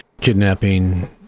kidnapping